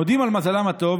מודים על מזלם הטוב,